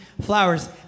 flowers